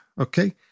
okay